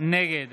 נגד